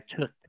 took